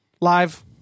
live